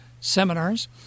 seminars